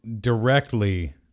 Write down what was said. directly